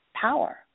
power